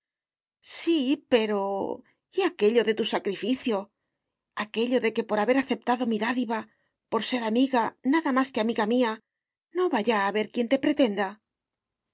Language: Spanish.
sí pero y aquello de tu sacrificio aquello de que por haber aceptado mi dádiva por ser amiga nada más que amiga mía no va ya a haber quien te pretenda